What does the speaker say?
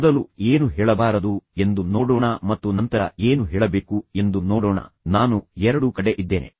ಮೊದಲು ಏನು ಹೇಳಬಾರದು ಎಂದು ನೋಡೋಣ ಮತ್ತು ನಂತರ ಏನು ಹೇಳಬೇಕು ಎಂದು ನೋಡೋಣ ನಾನು ಎರಡೂ ಕಡೆ ಇದ್ದೇನೆ